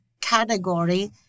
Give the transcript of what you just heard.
category